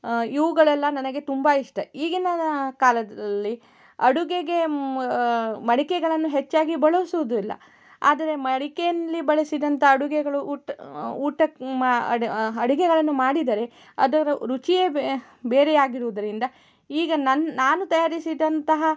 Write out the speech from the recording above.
ಇವುಗಳೆಲ್ಲ ನನಗೆ ತುಂಬ ಇಷ್ಟ ಈಗಿನ ಕಾಲದಲ್ಲಿ ಅಡುಗೆಗೆ ಮಡಿಕೆಗಳನ್ನು ಹೆಚ್ಚಾಗಿ ಬಳಸುವುದಿಲ್ಲ ಆದರೆ ಮಡಿಕೆಲಿ ಬಳಸಿದಂಥ ಅಡುಗೆಗಳು ಊಟ ಊಟಕ್ಕೆ ಮಾ ಅಡ ಅಡುಗೆಗಳನ್ನು ಮಾಡಿದರೆ ಅದರ ರುಚಿಯೇ ಬೇರೆಯಾಗಿರುವುದರಿಂದ ಈಗ ನನ್ನ ನಾನು ತಯಾರಿಸಿದಂತಹ